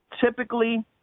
typically